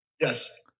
Yes